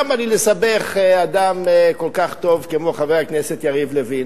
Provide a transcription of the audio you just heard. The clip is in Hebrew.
למה לי לסבך אדם כל כך טוב כמו חבר הכנסת יריב לוין?